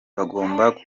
bagomba